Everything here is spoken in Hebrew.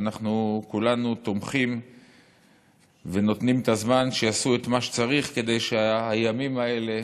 אנחנו כולנו תומכים ונותנים את הזמן שיעשו את מה שצריך כדי שהימים האלה